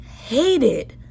hated